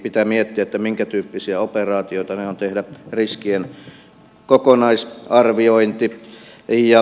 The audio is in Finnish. pitää miettiä minkä tyyppisiä operaatioita ne ovat tehdä riskien kokonaisarviointi